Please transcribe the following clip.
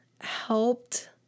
helped